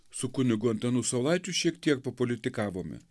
su kunigu antanu saulaičiu šiek tiek papolitikavome